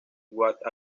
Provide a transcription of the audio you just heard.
what